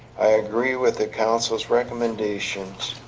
i agree with the council's recommendations